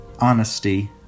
honesty